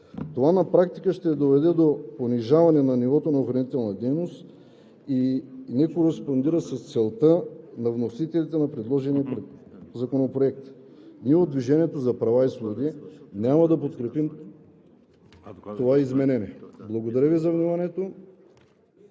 Това на практика ще доведе до понижаване на нивото на охранителната дейност и не кореспондира с целта на вносителите на предложения законопроект. Ние от „Движението за права и свободи“ няма да подкрепим това изменение. Благодаря Ви за вниманието.